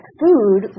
food